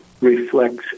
reflects